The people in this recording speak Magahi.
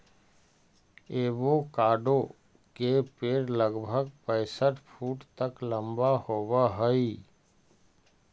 एवोकाडो के पेड़ लगभग पैंसठ फुट तक लंबा होब हई